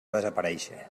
desaparèixer